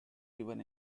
even